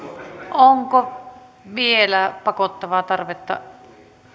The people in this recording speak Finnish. onko vielä pakottavaa tarvetta